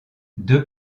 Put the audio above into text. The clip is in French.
deux